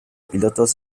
pilotos